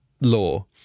law